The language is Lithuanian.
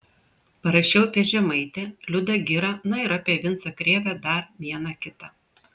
parašiau apie žemaitę liudą girą na ir apie vincą krėvę dar vieną kitą